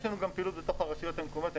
יש לנו גם פעילויות ברשויות המקומיות.